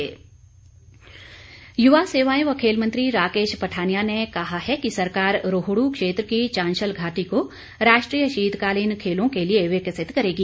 राकेश पठानिया युवा सेवाएं व खेल मंत्री राकेश पठानिया ने कहा है कि सरकार रोहडू क्षेत्र की चांशल घाटी को राष्ट्रीय शीतकालीन खेलों के लिए विकसित करेगी